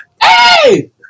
Hey